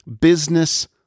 business